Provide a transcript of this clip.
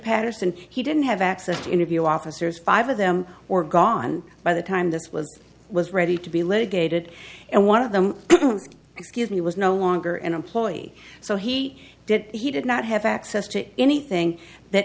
patterson he didn't have access to interview officers five of them or gone by the time this was was ready to be litigated and one of them excuse me was no longer an employee so he did he did not have access to anything that